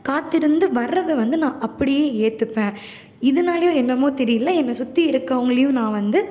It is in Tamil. காத்திருந்து வரதை வந்து நான் அப்படியே ஏற்றுப்பேன் இதனாலையோ என்னமோ தெரியல என்னை சுற்றி இருக்கறவங்களையும் நான் வந்து